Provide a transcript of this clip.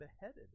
beheaded